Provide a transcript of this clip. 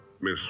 Miss